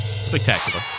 Spectacular